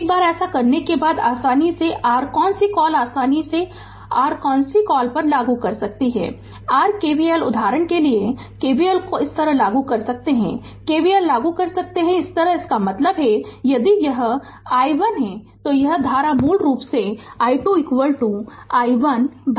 एक बार ऐसा करने के बाद आसानी से r कौन सी कॉल आसानी से r कौन सी कॉल लागू कर सकती है r KVL उदाहरण के लिए KVL को इस तरह लागू कर सकते हैं KVL लागू कर सकते हैं इस तरह इसका मतलब है कि यदि यह i1 है तो यह धारा मूल रूप से i2 i1 भागित 2 होगी